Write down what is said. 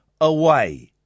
away